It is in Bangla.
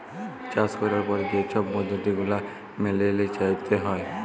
চাষ ক্যরার পরে যে ছব পদ্ধতি গুলা ম্যাইলে চ্যইলতে হ্যয়